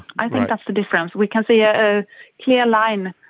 i think that's the difference. we can see a clear line,